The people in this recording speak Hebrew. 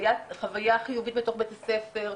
חוויה חיובית בתוך בית הספר,